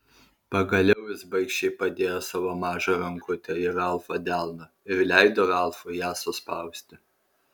pagaliau jis baikščiai padėjo savo mažą rankutę į ralfo delną ir leido ralfui ją suspausti